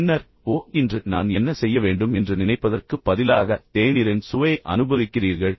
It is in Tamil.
பின்னர் ஓ இன்று நான் என்ன செய்ய வேண்டும் என்று நினைப்பதற்குப் பதிலாக தேநீரின் சுவையை அனுபவிக்கிறீர்கள்